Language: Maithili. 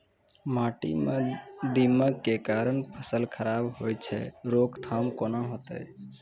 माटी म दीमक के कारण फसल खराब होय छै, रोकथाम केना होतै?